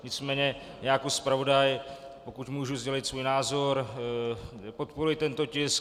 Nicméně já jako zpravodaj, pokud můžu sdělit svůj názor, podporuji tento tisk.